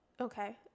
Okay